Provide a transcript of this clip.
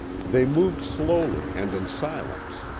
they moved slowly and in silence.